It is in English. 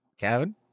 Kevin